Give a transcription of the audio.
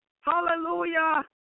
Hallelujah